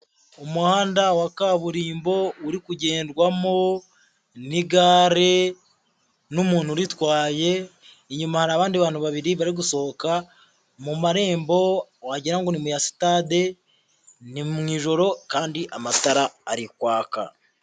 Umuhanda wa kaburimbo uri kugendwamo n'igare n'umuntu uritwaye, inyuma hari abandi bantu babiri bari gusohoka mu marembo wagira ngo ni mu ya sitade, ni mu ijoro kandi amatara ari kwaka.